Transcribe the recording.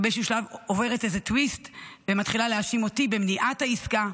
ובאיזשהו שלב היא עוברת איזה טוויסט ומתחילה להאשים אותי במניעת העסקה,